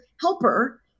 helper